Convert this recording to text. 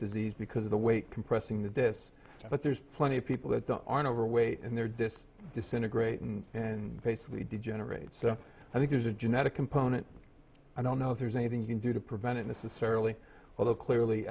disease because of the weight compressing this but there's plenty of people that aren't overweight and they're dis disintegrate and basically degenerate so i think there's a genetic component i don't know if there's anything you can do to prevent it necessarily although clearly